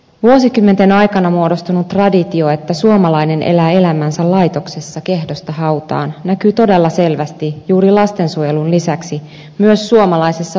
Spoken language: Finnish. vuosikymmenten aikana muodostunut traditio että suomalainen elää elämänsä laitoksessa kehdosta hautaan näkyy todella selvästi juuri lastensuojelun lisäksi myös suomalaisessa vanhustenhoidossa